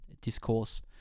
Discourse